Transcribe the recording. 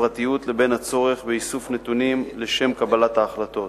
הפרטיות לבין הצורך באיסוף נתונים לשם קבלת ההחלטות.